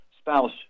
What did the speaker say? spouse